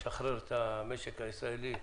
לשחרר את המשק הישראלי,